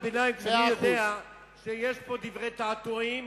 ביניים כשאני יודע שיש פה דברי תעתועים,